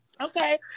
Okay